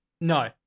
No